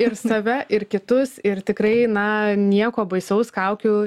ir save ir kitus ir tikrai na nieko baisaus kaukių